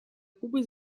кубы